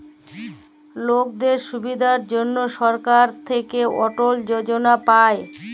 লকদের সুবিধার জনহ সরকার থাক্যে অটল যজলা পায়